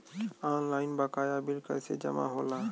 Online बकाया bill कैसे जमा होला?